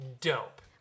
dope